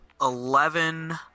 Eleven